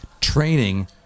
training